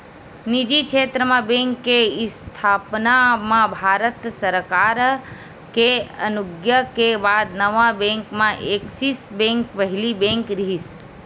निजी छेत्र म बेंक के इस्थापना म भारत सरकार के अनुग्या के बाद नवा बेंक म ऐक्सिस बेंक पहिली बेंक रिहिस